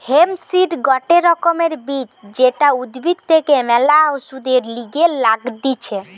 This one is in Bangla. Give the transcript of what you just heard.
হেম্প সিড গটে রকমের বীজ যেটা উদ্ভিদ থেকে ম্যালা ওষুধের লিগে লাগতিছে